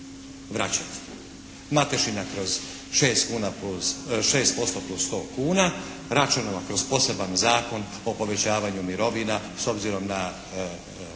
vraćati. Matešina kroz 6% plus 100,00 kuna, Račanova kroz poseban Zakon o povećavanju mirovina s obzirom na